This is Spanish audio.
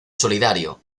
solidario